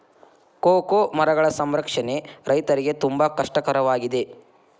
cocoa ಮರಗಳ ಸಂರಕ್ಷಣೆ ರೈತರಿಗೆ ತುಂಬಾ ಕಷ್ಟ ಕರವಾಗಿದೆ